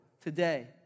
today